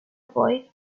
boy